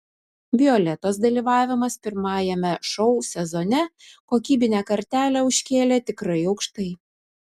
violetos dalyvavimas pirmajame šou sezone kokybinę kartelę užkėlė tikrai aukštai